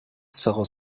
zéro